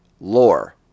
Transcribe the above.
Lore